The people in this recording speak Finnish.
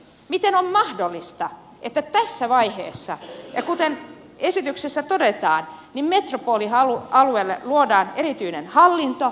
miten on mahdollista että tässä vaiheessa kuten esityksessä todetaan metropolialueelle luodaan erityinen hallinto